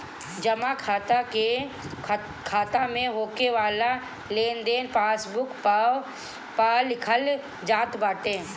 जमा खाता में होके वाला लेनदेन पासबुक पअ लिखल जात बाटे